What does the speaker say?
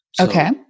okay